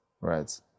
right